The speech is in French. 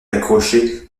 accroché